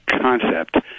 concept